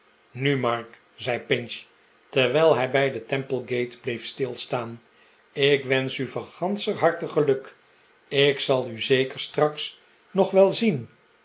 mark zei pinch terwijl hij bij de temple gate bleef stilstaan ik wensch u van ganscher harte geluk ik zal u zeker een openhartig onderhoud straks nog wel zien